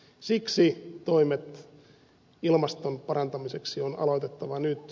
siksi toimet ilmaston parantamiseksi on aloitettava nyt